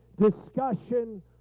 discussion